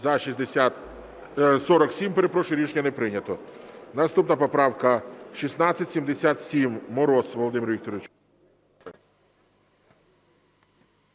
За-47 Рішення не прийнято. Наступна поправка 1677. Мороз Володимир Вікторович.